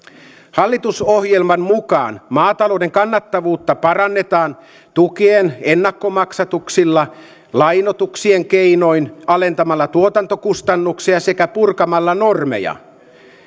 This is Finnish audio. hallitusohjelman mukaan maatalouden kannattavuutta parannetaan tukien ennakkomaksatuksilla lainoituksen keinoin alentamalla tuotantokustannuksia sekä purkamalla normeja